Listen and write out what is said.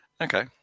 Okay